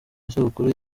isabukuru